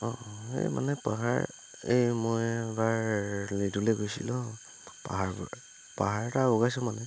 অঁ এই মানে পাহাৰ এই মই এবাৰ লিডুলে গৈছিলোঁ পাহাৰব পাহাৰ এটা বগাইছোঁ মানে